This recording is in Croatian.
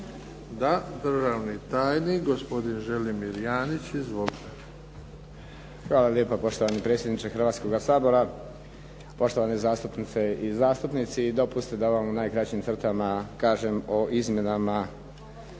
Da. Državni tajnik, gospodin Želimir Janjić. Izvolite. **Janjić, Želimir (HSLS)** Hvala lijepa poštovani predsjedniče Hrvatskoga sabora, poštovane zastupnice i zastupnici. Dopustite da vam u najkraćim crtama kažem o Izmjenama